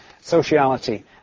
sociality